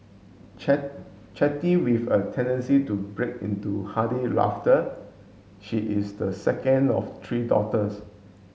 Chatty with a tendency to break into hearty laughter she is the second of three daughters